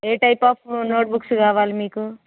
A type of notebooks కావాలి మీకు